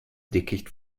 dickicht